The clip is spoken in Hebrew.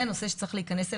זה נושא שצריך להיכנס אליו,